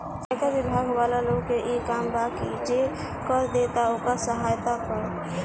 आयकर बिभाग वाला लोग के इ काम बा की जे कर देता ओकर सहायता करऽ